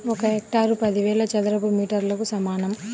ఒక హెక్టారు పదివేల చదరపు మీటర్లకు సమానం